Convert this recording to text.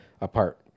apart